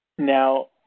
Now